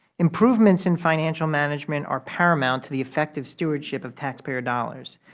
improvements in financial management are paramount to the effectiveness stewardship of taxpayer dollars.